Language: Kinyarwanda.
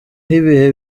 ibihe